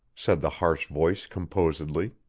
said the harsh voice composedly.